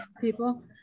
people